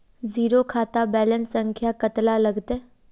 Zero खाता balance संख्या कतला लगते?